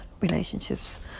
relationships